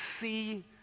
see